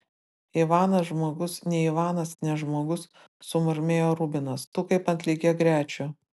ivanas žmogus ne ivanas ne žmogus sumurmėjo rubinas tu kaip ant lygiagrečių